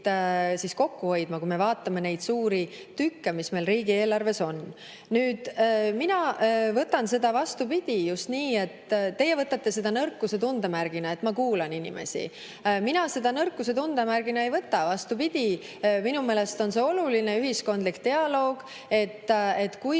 kuskilt kokku hoidma, kui me vaatame neid suuri tükke, mis meil riigieelarves on. Mina võtan seda vastupidi. Teie võtate seda nõrkuse tundemärgina, et ma kuulan inimesi. Mina seda nõrkuse tundemärgina ei võta, vastupidi. Minu meelest on oluline ühiskondlik dialoog. Kui